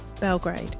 Belgrade